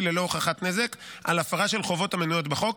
ללא הוכחת נזק על הפרה של חובות המנויות בחוק,